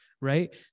right